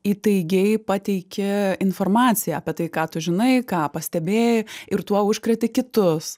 įtaigiai pateiki informaciją apie tai ką tu žinai ką pastebėjai ir tuo užkreti kitus